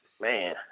Man